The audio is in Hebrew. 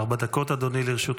עד ארבע דקות לרשותך,